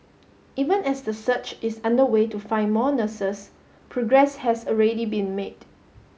even as the search is underway to find more nurses progress has already been made